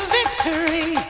victory